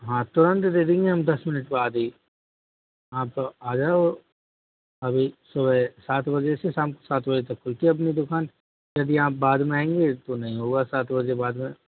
हाँ तुरंत दे देंगे हम दस मिनट बाद ही आप आजाओ अभी सुबह सात बजे से शाम के सात बजे तक खुलती है अपनी दुकान यदि आप बाद में आएंगे तो नही होगा सात बजे बाद में